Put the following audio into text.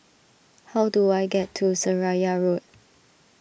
how do I get to Seraya Road